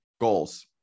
goals